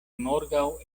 morgaŭ